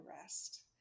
rest